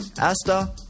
Asta